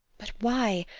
but why?